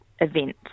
events